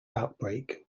outbreak